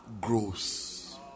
grows